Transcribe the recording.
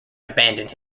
abandoned